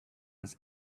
was